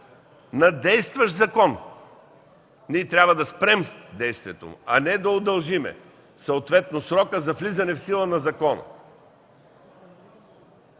на действащ закон. Ние трябва да спрем действието му, а не да удължим срока за влизане в сила на закона.